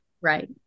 Right